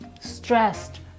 Stressed